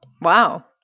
Wow